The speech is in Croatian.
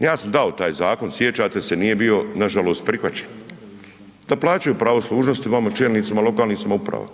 Ja sam dao taj zakon, sjećate se, nije bio nažalost prihvaćen, da plaćaju pravo služnosti vama čelnicima lokalnih samouprava